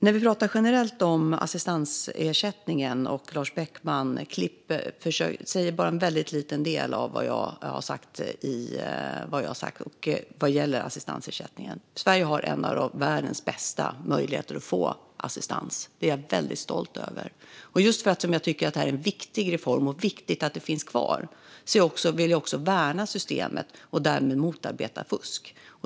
När vi pratar om assistansersättningen generellt återger Lars Beckman bara en väldigt liten del av vad jag har sagt. I Sverige är möjligheterna att få assistans bland världens bästa. Det är jag väldigt stolt över. Och just därför att jag tycker att det är en viktig reform och att det är viktigt att detta finns kvar vill jag värna systemet och därmed motarbeta fusk.